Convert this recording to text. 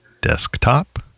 Desktop